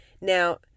Now